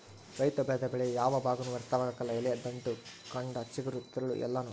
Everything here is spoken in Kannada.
ರೈತ ಬೆಳೆದ ಬೆಳೆಯ ಯಾವ ಭಾಗನೂ ವ್ಯರ್ಥವಾಗಕಲ್ಲ ಎಲೆ ದಂಟು ಕಂಡ ಚಿಗುರು ತಿರುಳು ಎಲ್ಲಾನೂ